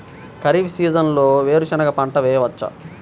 ఖరీఫ్ సీజన్లో వేరు శెనగ పంట వేయచ్చా?